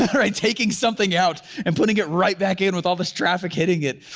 yeah right? taking something out and putting it right back in with all this traffic hitting it.